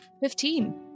Fifteen